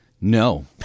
No